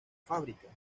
fábricas